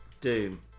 Doom